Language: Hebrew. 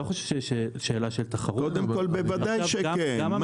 קודם כל בוודאי שכן.